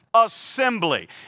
assembly